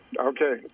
okay